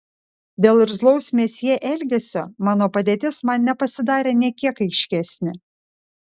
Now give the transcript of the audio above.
dėl irzlaus mesjė elgesio mano padėtis man nepasidarė nė kiek aiškesnė